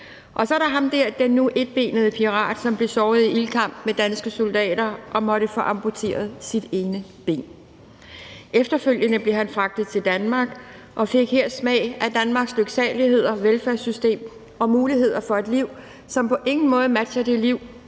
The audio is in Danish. Og så er der ham der den nu etbenede pirat, som blev såret i ildkamp med danske soldater og måtte få amputeret sit ene ben. Efterfølgende blev han fragtet til Danmark og fik her smagt på Danmarks lyksaligheder, velfærdssystem og muligheder for et liv, som på ingen måde matcher det liv,